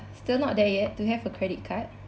still not there yet to have a credit card